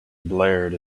blared